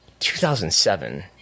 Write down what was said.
2007